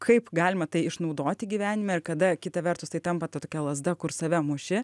kaip galima tai išnaudoti gyvenime ir kada kita vertus tai tampa ta tokia lazda kur save muši